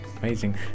Amazing